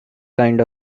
kind